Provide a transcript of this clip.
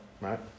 right